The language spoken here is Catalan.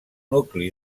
nucli